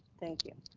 thank you.